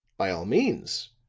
by all means,